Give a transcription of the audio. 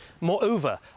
moreover